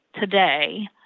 Today